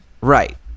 Right